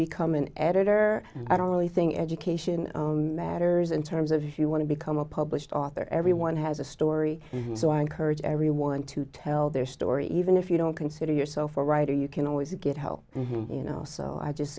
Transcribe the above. become an editor i don't really think education matters in terms of if you want to become a published author everyone has a story so i encourage everyone to tell their story even if you don't consider yourself a writer you can always get help and you know so i just